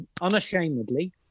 unashamedly